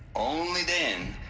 only then.